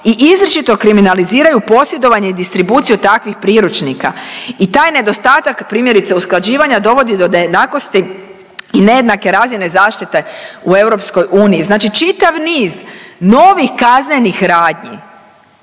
i izričito kriminaliziraju posjedovanje i distribuciju takvih priručnika i taj nedostatak primjerice usklađivanja, dovodi do nejednakosti i nejednake razine zaštite u EU. Znači čitav niz novih kaznenih radnji